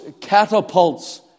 catapults